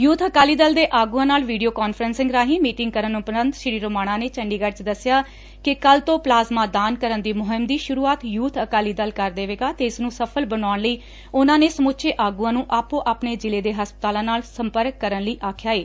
ਯੂਬ ਅਕਾਲੀ ਦਲ ਦੇ ਆਗੂਆਂ ਨਾਲ ਵੀਡੀਓ ਕਾਨਫਰਸਿੰਗ ਰਾਹੀਂ ਮੀਟਿੰਗ ਕਰਨ ਉਪਰੰਤ ਸ੍ਰੀ ਰੋਮਾਣਾ ਨੇ ਚੰਡੀਗਤ੍ਹ 'ਚ ਦੱਸਿਆ ਕਿ ਕੱਲੂ ਤੋ' ਪਲਾਜ਼ਮਾ ਦਾਨ ਕਰਨ ਦੀ ਮੁਹਿਮ ਦੀ ਸੁਰੂਆਤ ਯੂਬ ਅਕਾਲੀ ਦਲ ਕਰ ਦੇਵੇਗਾ ਅਤੇ ਇਸਨੂੰ ਸਫਲ ਬਣਾਉਣ ਲਈ ਉਹਨਾਂ ਨੇ ਸਮੁੱਚੇ ਆਗੂਆਂ ਨੂੰ ਆਪੋ ਆਪਣੇ ਜਿਲ੍ਹੇ ਦੇ ਹਸਪਤਾਲਾਂ ਨਾਲ ਸੰਪਰਕ ਕਰਨ ਲਈ ਆਖਿਆ ਏ